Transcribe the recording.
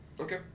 Okay